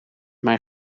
mijn